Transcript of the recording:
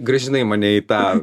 grąžinai mane į tą